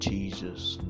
Jesus